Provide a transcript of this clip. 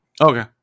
Okay